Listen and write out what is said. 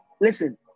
Listen